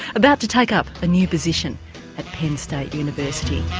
about to take up a new position at penn state university.